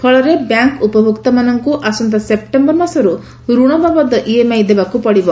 ଫଳରେ ବ୍ୟାଙ୍କ ଉପଭୋକ୍ତାମାନଙ୍କୁ ଆସନ୍ତା ସେପ୍ଟେମ୍ଟର ମାସରୁ ଋଣ ବାବଦ ଇଏମ୍ଆଇ ଦେବାକୁ ପଡ଼ିବ